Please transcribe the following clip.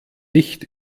nicht